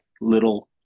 little